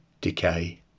decay